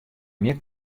mear